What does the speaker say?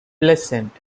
pleasant